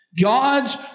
God's